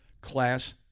class